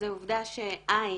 אז העובדה שע',